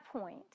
point